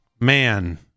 man